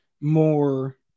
more